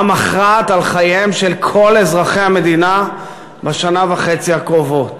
מכרעת על חייהם של כל אזרחי המדינה בשנה וחצי הקרובות,